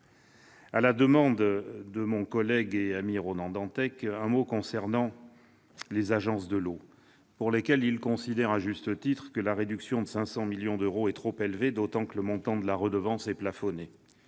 À la demande de mon collègue et ami Ronan Dantec, un mot concernant les agences de l'eau : il considère à juste titre que la réduction de 500 millions d'euros de leur budget est trop importante, d'autant que le montant de la redevance est plafonné.